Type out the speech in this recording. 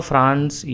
France